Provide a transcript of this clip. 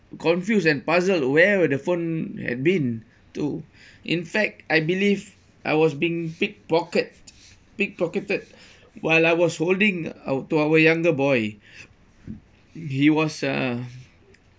confused and puzzled where the phone had been to in fact I believed I was being pickpocket pickpocketed while I was holding our to our younger boy he was a